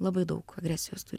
labai daug agresijos turi